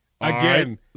again